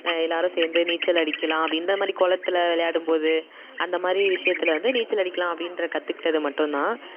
எல்லாரும் சேர்ந்து நீச்சல் அடிக்கலாம் அப்படின்ற மாதிரி கொளத்தில் விளையாடும்போது அந்த மாதிரி விஷியத்தில் வந்து நீச்சல் அடிக்கலாம் அப்படின்ற கற்றுகிட்டது மட்டும்தான்